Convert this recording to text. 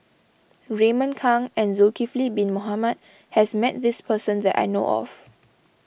Raymond Kang and Zulkifli Bin Mohamed has met this person that I know of